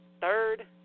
Third